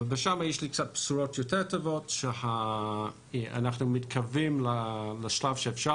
שם יש לי בשורות קצת יותר טובות שאנחנו מתקרבים לשלב שאפשר